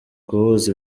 guhuza